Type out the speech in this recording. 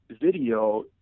video